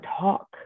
talk